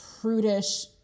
prudish